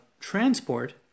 transport